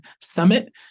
Summit